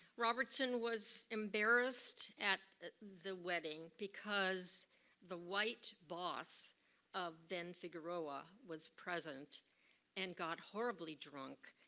robertson was embarrassed at the wedding, because the white boss of ben figueroa was present and got horribly drunk,